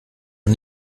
man